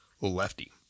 Lefty